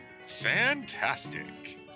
Fantastic